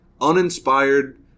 Uninspired